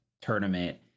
tournament